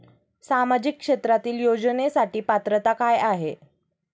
सामाजिक क्षेत्रांतील योजनेसाठी पात्रता काय आहे?